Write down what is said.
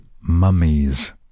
mummies